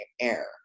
air